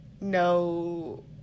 no